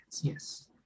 yes